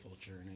journey